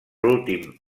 últim